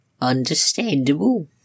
Understandable